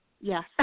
Yes